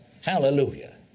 Hallelujah